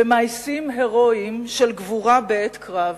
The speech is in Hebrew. במעשים הירואיים של גבורה בעת קרב.